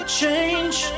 change